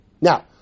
Now